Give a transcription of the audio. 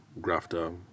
grafter